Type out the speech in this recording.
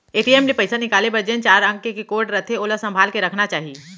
ATM ले पइसा निकाले बर जेन चार अंक के कोड रथे ओला संभाल के रखना चाही